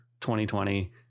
2020